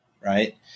right